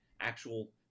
actual